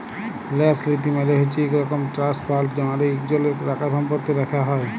ল্যাস লীতি মালে হছে ইক রকম ট্রাস্ট ফাল্ড মালে ইকজলের টাকাসম্পত্তি রাখ্যা হ্যয়